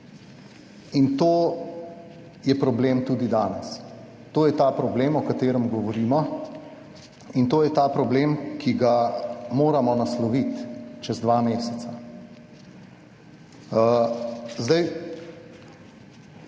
In to je problem tudi danes. To je ta problem, o katerem govorimo. In to je ta problem, ki ga moramo nasloviti čez dva meseca.